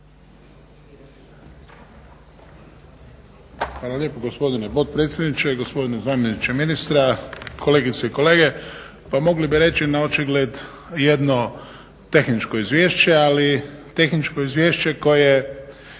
Hvala lijepo gospodine potpredsjedniče. Gospodine zamjeniče ministra, kolegice i kolege. Pa mogli bi reći na očigled jedno tehničko izvješće, ali tehničko izvješće koje